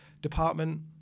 department